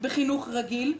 בחינוך רגיל.